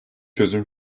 çözüm